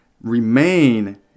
remain